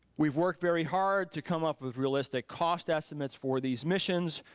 we've worked very hard to come up with realistic cost estimates for these missions.